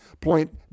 point